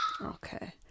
okay